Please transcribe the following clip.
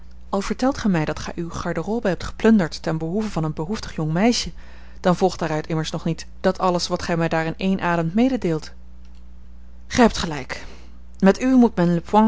al vertelt gij mij dat gij uwe garde robe hebt geplunderd ten behoeve van een behoeftig jong meisje dan volgt daaruit immers nog niet dat alles wat gij mij daar in één adem mededeelt gij hebt gelijk met u moet men